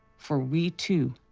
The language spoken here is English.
for we too,